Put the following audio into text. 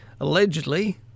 allegedly